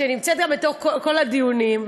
שנמצאת בכל הדיונים,